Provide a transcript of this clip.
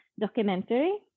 documentary